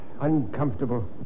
Uncomfortable